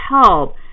help